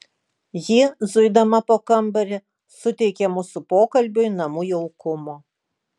ji zuidama po kambarį suteikė mūsų pokalbiui namų jaukumo